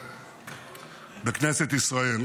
(חבר הכנסת איימן